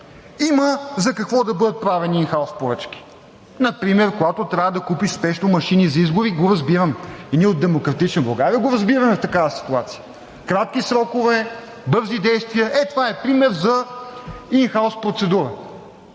Има за какво да бъдат правени ин хаус поръчки. Например, когато трябва да купиш спешно машини за избори, го разбирам. Ние от „Демократична България“ го разбираме в такава ситуация – кратки срокове, бързи действия. Ето това е пример за ин хаус процедура